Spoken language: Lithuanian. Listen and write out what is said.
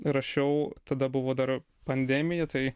rašiau tada buvo dar pandemija tai